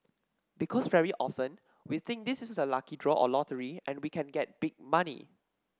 because very often we think this is a lucky draw or lottery and we can get big money